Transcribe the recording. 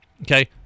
okay